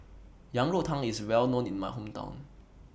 Yang Rou Tang IS Well known in My Hometown